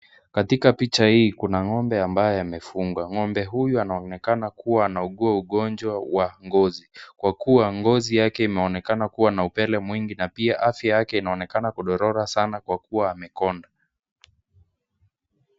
Katika picha hii kuna ng'ombe ambayo amefungwa, ng'ombe huyu anaonekana kua anaugua ugonjwa ngozi kwa kua ngozi yake umeonekana kua na upele mwingi na pia afya yake inaonekana kudhorora sana kwa kua amekonda.